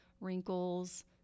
wrinkles